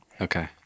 Okay